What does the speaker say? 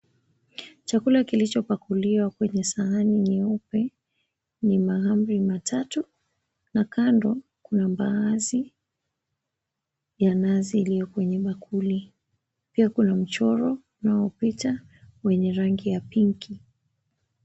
Chakula kilicho pakuliwa kwenye sahani nyeupe ni mahamri matatu na kando kuna mbaazi ya nazi iliyo kwenye bakuli. Pia kuna mchoro wa picha wenye rangi ya pink .